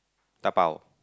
da pao